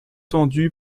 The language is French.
tendue